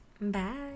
Bye